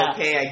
Okay